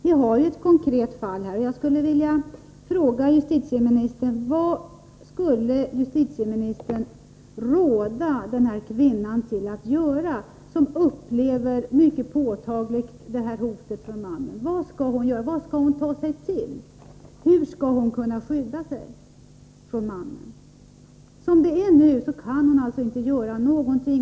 Vi har här ett konkret fall, och jag skulle vilja fråga justitieministern: Vad skulle justitieministern råda den här kvinnan, som mycket påtagligt upplever hotet från mannen, att göra? Vad skall hon ta sig till? Hur skall hon kunna skydda sig mot mannen? Som det är nu kan hon inte göra någonting.